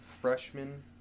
freshman